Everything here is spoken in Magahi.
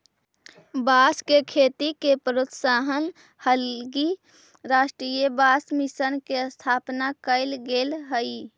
बाँस के खेती के प्रोत्साहन हलगी राष्ट्रीय बाँस मिशन के स्थापना कैल गेल हइ